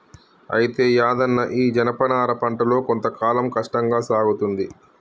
అయితే యాదన్న ఈ జనపనార పంటలో కొంత కాలం కష్టంగా సాగుతుంది